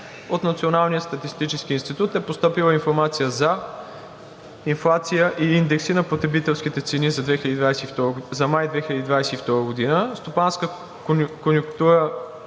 От Националния статистически институт е постъпила информация за: инфлация и индекси на потребителските цени за месец май 2022 г.; стопанска конюнктура